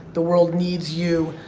the world needs you.